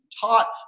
taught